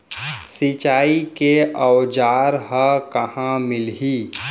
सिंचाई के औज़ार हा कहाँ मिलही?